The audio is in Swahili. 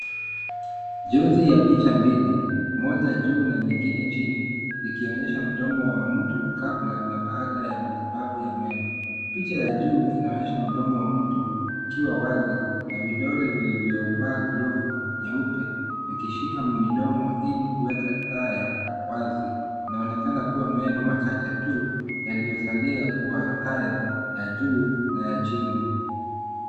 Jozi ya picha mbili, moja juu na nyingine chini zikionyesha mdomo wa mtu kabla na baada ya matibabu ya meno. Picha ya juu inaonyesha mdomo wa mtu ukiwa wazi na vidole vilivyovaa glovu nyeupe vikishika mdomo ili kueka taya wazi. Inaonekana kuwa meno machache tuu yaliyosalia kuwa taya ya juu na ya chini.